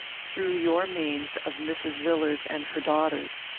through your means, of mrs. villars and her daughters.